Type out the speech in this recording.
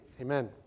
amen